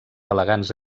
elegants